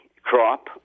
crop